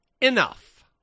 Enough